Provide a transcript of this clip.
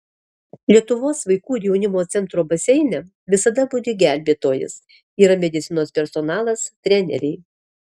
lietuvos vaikų ir jaunimo centro baseine visada budi gelbėtojas yra medicinos personalas treneriai